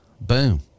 boom